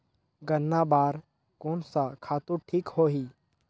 गन्ना बार कोन सा खातु ठीक होही?